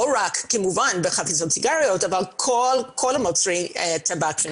כמובן על חפיסות סיגריות אבל כל מוצרי הטבק וניקוטין.